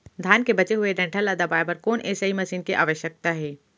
धान के बचे हुए डंठल ल दबाये बर कोन एसई मशीन के आवश्यकता हे?